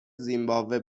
زیمباوه